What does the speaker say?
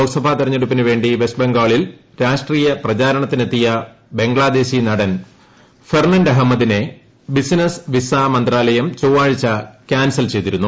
ലോക്സഭാ തെരഞ്ഞെടുപ്പിന് വേണ്ടി വെസ്റ്റ് ബംഗാളിൽ രാഷ്ട്രീയ പ്രചാരണത്തിനെത്തിയ ബംഗ്ലാദേശി നടൻ ഫെർഡസ് അഹമ്മദിന്റെ ബിസിനസ് വിസ മന്ത്രാലയം ചൊവ്വാഴ്ച ക്യാൻസർ ചെയ്തിരുന്നു